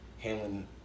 handling